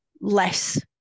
less